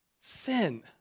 sin